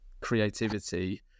creativity